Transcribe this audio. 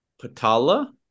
Patala